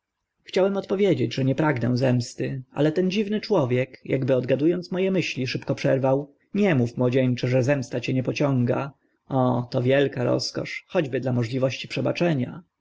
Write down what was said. chciałem odpowiedzieć że nie pragnę zemsty ale ten dziwny człowiek akby odgadu ąc mo e myśli szybko przerwał nie mów młodzieńcze że zemsta cię nie pociąga o to wielka rozkosz choćby dla możności przebaczenia